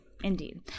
Indeed